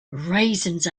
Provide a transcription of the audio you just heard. raisins